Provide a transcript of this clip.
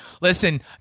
Listen